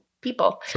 people